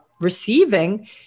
receiving